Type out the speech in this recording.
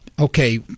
okay